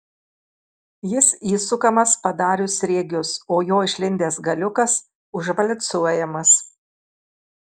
jis įsukamas padarius sriegius o jo išlindęs galiukas užvalcuojamas